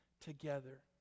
together